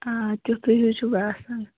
آ تِتھُے ہیٛوٗ چھُ باسان